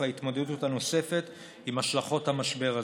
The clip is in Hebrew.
ההתמודדות הנוספת עם השלכות המשבר הזה.